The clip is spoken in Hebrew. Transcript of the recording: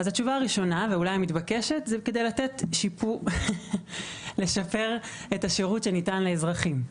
התשובה הראשונה ואולי המתבקשת היא כדי לשפר את השירות שניתן לאזרחים.